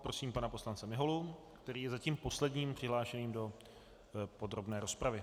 Prosím pana poslance Miholu, který je zatím posledním přihlášeným do podrobné rozpravy.